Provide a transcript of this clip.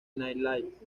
night